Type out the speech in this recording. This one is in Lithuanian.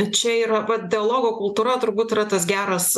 čia yra vat dialogo kultūra turbūt yra tas geras